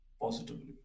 positively